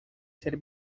ser